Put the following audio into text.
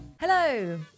Hello